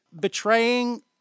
betraying